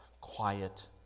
quiet